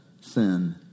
sin